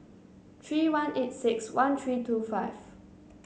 three one eight six one three two five